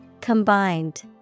Combined